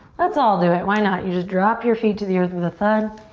let's all do it. why not? you just drop your feet to the earth with a thud.